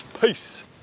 peace